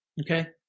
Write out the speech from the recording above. okay